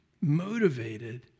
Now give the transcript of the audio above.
motivated